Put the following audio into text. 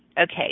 okay